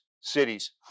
cities